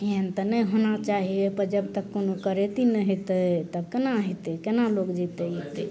एहन तऽ नहि होना चाही तऽ एतऽ जब तक कोनो करेती नहि होतय तब तक केना हेतय केना लोग जेतय अयतय